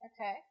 Okay